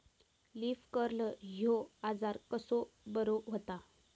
Leaf curl ह्यो आजार कसो बरो व्हता?